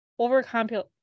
overcomplicate